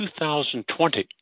2020